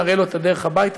נראה לו את הדרך הביתה.